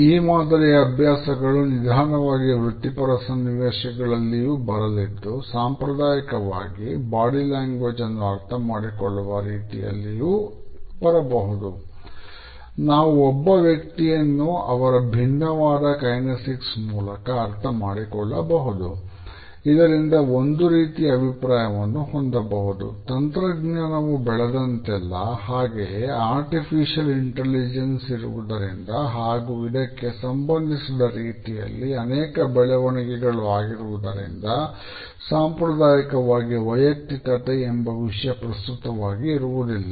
ಈ ಮಾದರಿಯ ಅಭ್ಯಾಸಗಳು ನಿಧಾನವಾಗಿ ವೃತ್ತಿಪರ ಸನ್ನಿವೇಶಗಳಲ್ಲಿಯೂ ಬರಲಿದ್ದು ಸಾಂಪ್ರದಾಯಿಕವಾಗಿ ಬಾಡಿ ಲ್ಯಾಂಗ್ವೇಜ್ ಅನ್ನು ಅರ್ಥ ಮಾಡಿಕೊಳ್ಳುವ ರೀತಿಯಲ್ಲಿಯೂ ಬರಬಹುದು ನಾವು ಒಬ್ಬ ವ್ಯಕ್ತಿಯನ್ನು ಅವರ ವಿಭಿನ್ನವಾದ ಕೈನಿಸಿಕ್ಸ್ ಇರುವುದರಿಂದ ಹಾಗು ಇದಕ್ಕೆ ಸಂಬಂಧಿಸಿದ ರೀತಿಯಲ್ಲಿ ಅನೇಕ ಬೆಳವಣಿಗೆಗಳು ಆಗಿರುವುದರಿಂದ ಸಾಂಪ್ರದಾಯಿಕವಾಗಿ ವೈಯುಕ್ತಿಕತೆ ಎಂಬ ವಿಷಯ ಪ್ರಸ್ತುತವಾಗಿ ಇರುವುದಿಲ್ಲ